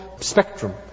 spectrum